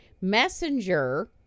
messenger